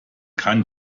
kann